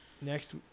Next